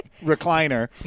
recliner